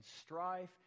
strife